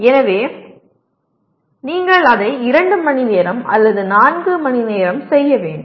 எனவே நீங்கள் அதை 2 மணி நேரம் அல்லது 4 மணி நேரம் செய்ய வேண்டும்